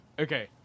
Okay